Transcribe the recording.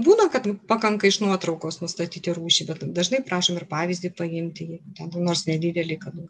būna kad pakanka iš nuotraukos nustatyti rūšį bet dažnai prašo ir pavyzdį paimti jį ten kur nors nedidelį kad